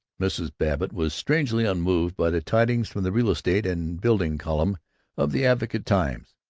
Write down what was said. mrs. babbitt was strangely unmoved by the tidings from the real estate and building column of the advocate-times